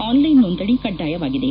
online ನೋಂದಣಿ ಕಡ್ಡಾಯವಾಗಿದೆ